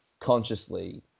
consciously